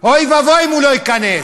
אוי ואבוי אם הוא לא ייכנס.